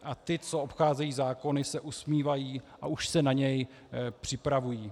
A ti, co obcházejí zákony, se usmívají a už se na něj připravují.